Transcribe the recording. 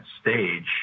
stage